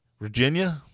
Virginia